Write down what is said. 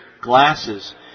glasses